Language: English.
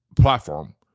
platform